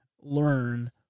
learn